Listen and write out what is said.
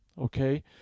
okay